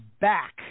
back